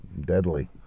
deadly